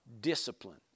discipline